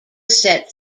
set